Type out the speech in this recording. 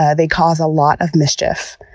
yeah they cause a lot of mischief.